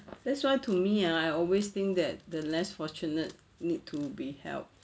that's why to me ah I always think that the less fortunate need to be helped